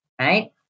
right